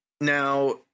now